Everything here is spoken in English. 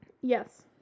Yes